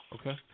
Okay